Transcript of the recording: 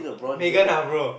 Megan ah bro